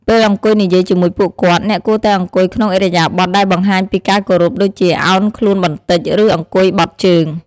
ពេលអង្គុយនិយាយជាមួយពួកគាត់ អ្នកគួរតែអង្គុយក្នុងឥរិយាបថដែលបង្ហាញពីការគោរព ដូចជាឱនខ្លួនបន្តិច ឬអង្គុយបត់ជើង។